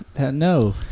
No